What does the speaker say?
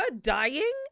dying